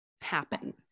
happen